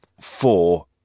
four